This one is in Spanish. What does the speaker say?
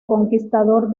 conquistador